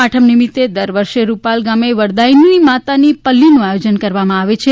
આઠમ નિમિત્તે દર વર્ષે રૂપાલ ગામે વરદાયીની માતાની પલ્લીનું આયોજન કરવામાં આવે છે